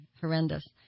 horrendous